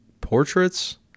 portraits